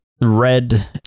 red